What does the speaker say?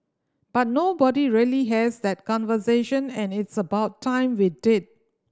but nobody really has that conversation and it's about time we did